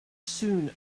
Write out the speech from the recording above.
soon